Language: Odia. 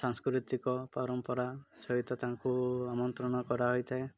ସାଂସ୍କୃତିକ ପରମ୍ପରା ସହିତ ତାଙ୍କୁ ଆମନ୍ତ୍ରଣ କରା ହୋଇଥାଏ